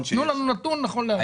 תנו לנו נתון נכון להיום.